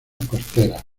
costeras